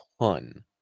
ton